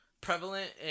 Prevalent